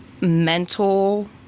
mental